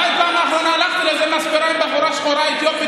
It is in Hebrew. מתי בפעם האחרונה הלכת למספרה עם בחורה שחורה אתיופית,